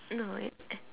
no it uh